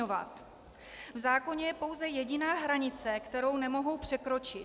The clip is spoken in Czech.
V zákoně je pouze jediná hranice, kterou nemohou překročit.